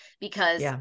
because-